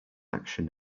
action